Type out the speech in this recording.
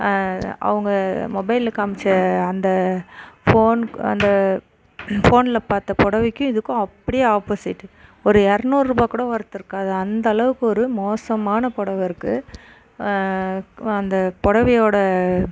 அவங்க மொபைல்ல காமிச்ச அந்த ஃபோன் அந்த ஃபோன்ல பார்த்த புடவைக்கும் இதுக்கும் அப்படியே ஆப்போசிட்டு ஒரு இரநூறுபா கூட ஒர்த் இருக்காது அந்த அளவுக்கு ஒரு மோசமான புடவ இருக்குது அந்த புடவையோட